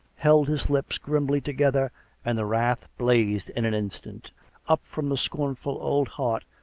held his lips grimly together and the wrath blazed in an instant up from the scornful old heart,